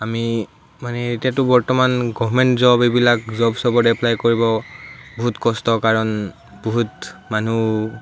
আমি মানে এতিয়াটো বৰ্তমান গভমেণ্ট জব এইবিলাক জব চবত এপ্লাই কৰিব বহুত কষ্ট কাৰণ বহুত মানুহ